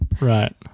Right